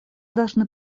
должны